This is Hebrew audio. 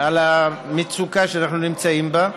את המצוקה שאנחנו נמצאים בה,